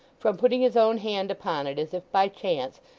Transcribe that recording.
from putting his own hand upon it as if by chance,